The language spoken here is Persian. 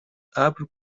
ابر